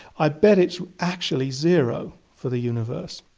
i'd bet it's actually zero for the universe,